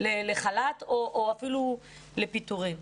לחל"ת, או אפילו לפיטורים.